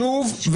שוב,